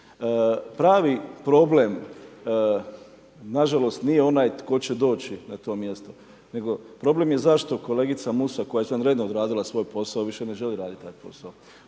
Pravi problem nažalost nije onaj tko će doći na to mjesto nego problem je zašto kolegica Musa koja je izvanredno odradila svoj posao, više ne želi raditi taj posao.